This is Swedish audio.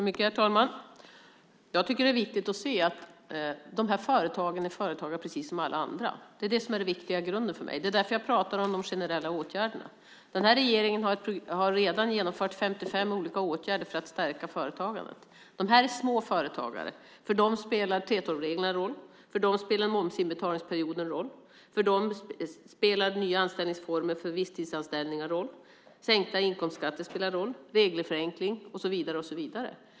Herr talman! Jag tycker att det är viktigt att se att de här företagarna är företagare precis som alla andra. Det är det som är det viktiga i grunden för mig. Det är därför jag pratar om de generella åtgärderna. Den här regeringen har redan genomfört 55 olika åtgärder för att stärka företagandet. De här är småföretagare. För dem spelar 3:12-reglerna roll, för dem spelar momsinbetalningsperioden roll, för dem spelar nya anställningsformer för visstidsanställningar roll. Sänkta inkomstskatter spelar roll, liksom regelförenkling och så vidare.